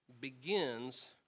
begins